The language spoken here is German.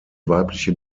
weibliche